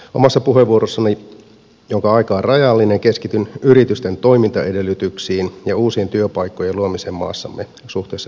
omassa puheenvuorossani jonka aika on rajallinen keskityn yritysten toimintaedellytyksiin ja uusien työpaikkojen luomiseen maassamme suhteessa euroopan unioniin